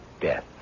death